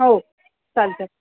हो चालत आहे